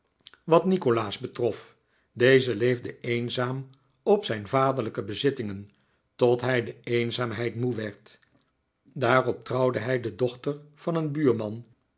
wat nikolaas betrof deze leefde eenzaam op zijn vaderlijke bezitting tot hij de eenzaamheid moe werd daarop trouwde hij de dochter van een buurman